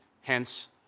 hence